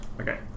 okay